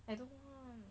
I don't know